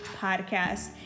podcast